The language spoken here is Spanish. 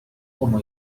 como